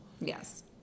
Yes